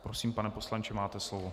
Prosím, pane poslanče, máte slovo.